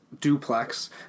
duplex